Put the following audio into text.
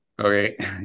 Okay